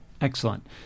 Excellent